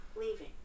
leaving